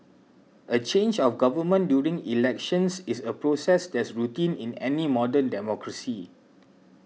a change of government during elections is a process that's routine in any modern democracy